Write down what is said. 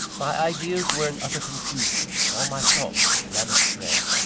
my ideas were in utter confusion, all my thoughts ran astray.